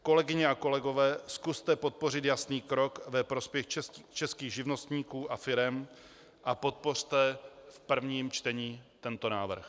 Kolegyně a kolegové, zkuste podpořit jasný krok ve prospěch českých živnostníků a firem a podpořte v prvním čtení tento návrh.